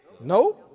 No